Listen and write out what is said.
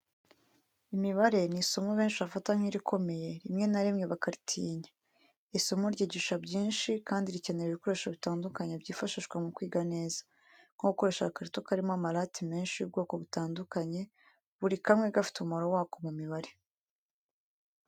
Imibare ni isomo benshi bafata nk’irikomeye, rimwe na rimwe bakaritinya. Iri somo ryigisha byinshi kandi rikenera ibikoresho bitandukanye byifashishwa mu kwiga neza, nko gukoresha agakarito karimo amarati menshi y’ubwoko butandukanye, buri kamwe gafite umumaro wako mu mibare.